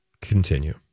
Continue